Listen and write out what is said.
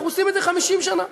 אנחנו עושים את זה 50 שנה.